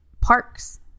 parks